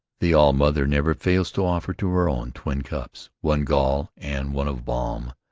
the all-mother never fails to offer to her own, twin cups, one gall, and one of balm.